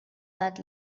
that